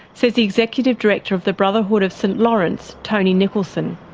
says the executive director of the brotherhood of st laurence, tony nicholson.